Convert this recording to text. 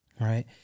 Right